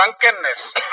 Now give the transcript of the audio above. drunkenness